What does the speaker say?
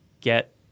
get